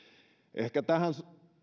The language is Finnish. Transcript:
ehkä tähän